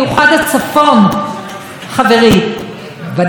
ודאי גם הדרום אבל במיוחד הצפון,